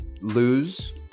lose